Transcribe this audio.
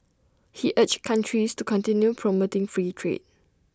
he urged countries to continue promoting free trade